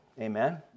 Amen